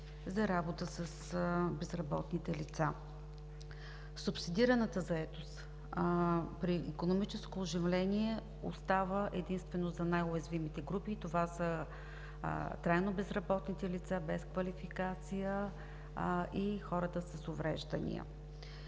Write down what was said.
за работа с безработните лица. Субсидираната заетост при икономическо оживление остава единствено за най-уязвимите групи – това са трайно безработните лица, без квалификация и хората с увреждания.